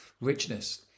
richness